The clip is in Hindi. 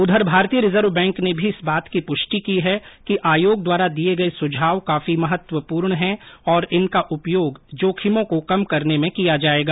उधर भारतीय रिजर्व बैंक ने भी इस बात की पुष्टि की है कि आयोग द्वारा दिए गए सुझाव काफी महत्वपूर्ण हैं और इनका उपयोग र्जोखिमों को कम करने में किया जाएगा